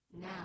Now